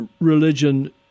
religion